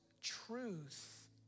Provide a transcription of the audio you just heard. truth